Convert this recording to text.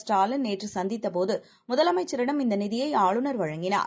ஸ்டாலின்நேற்றுசந்தித்தபோதுமுதலமைச்சரிடம்இந்தநிதியைஆளுநர்வழங் கினார்